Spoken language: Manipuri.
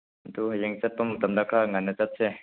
ꯑꯗꯨ ꯍꯌꯦꯡ ꯆꯠꯄ ꯃꯇꯝꯗ ꯈꯔ ꯉꯟꯅ ꯆꯠꯁꯦ